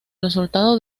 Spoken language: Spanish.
resultado